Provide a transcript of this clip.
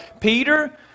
Peter